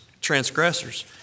transgressors